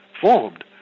formed